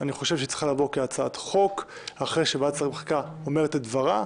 אני חושב שהיא צריכה לעבור כהצעת חוק אחרי שוועדת שרים אומרת את דברה,